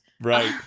Right